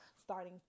starting